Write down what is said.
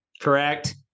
Correct